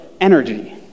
energy